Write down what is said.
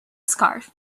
scarf